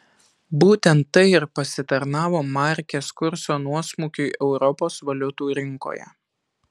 būtent tai ir pasitarnavo markės kurso nuosmukiui europos valiutų rinkoje